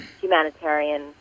humanitarian